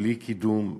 בלי קידום,